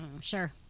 Sure